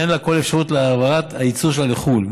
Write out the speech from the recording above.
אין לה כל אפשרות להעברת הייצור שלה לחו"ל,